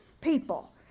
people